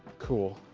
cool.